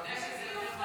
למשל?